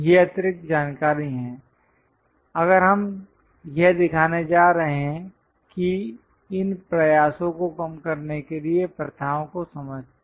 ये अतिरिक्त जानकारी हैं अगर हम यह दिखाने जा रहे हैं कि इन प्रयासों को कम करने के लिए प्रथाओं को समझते हैं